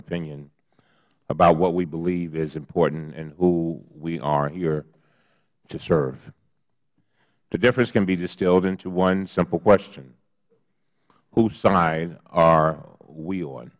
opinion about what we believe is important and who we are here to serve the difference can be distilled in to one simple question whose side are we on